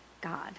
God